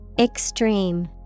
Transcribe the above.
Extreme